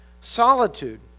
Solitude